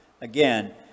Again